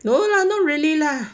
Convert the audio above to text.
no lah not really lah